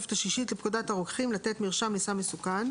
בתוספת השישית לפקודת הרוקחים לתת מרשם לסם מסוכן,"